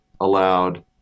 allowed